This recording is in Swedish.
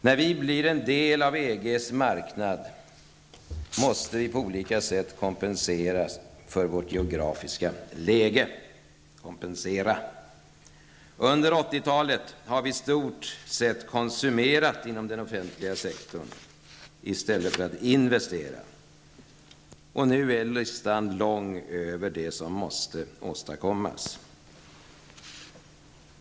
När vi blir en del av EGs inre marknad måste vi på olika sätt kompensera för vårt geografiska läge. Under 1980-talet har vi i stort sett konsumerat inom den offentliga sektorn i stället för att investera. Nu är listan lång över det som måste åstadkommas.